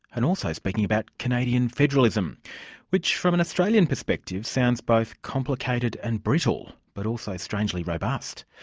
and also speaking about canadian federalism which, from an australian perspective, sounds both complicated and brittle, but also strangely robust.